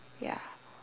ya